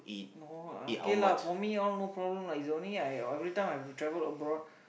no uh okay lah for me all no problem lah is only I everytime I have to travel abroad